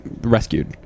rescued